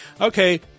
okay